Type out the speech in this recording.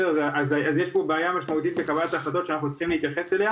אז יש פה בעיה מאוד משמעותית בקבלת ההחלטות שאנחנו צריכים להתייחס אליה